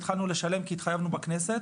התחלנו לשלם כי התחייבנו בכנסת,